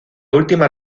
última